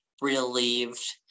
relieved